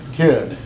kid